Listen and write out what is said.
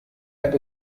app